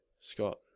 Scott